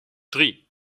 drie